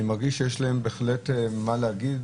אני מרגיש שיש להם בהחלט מה להגיד.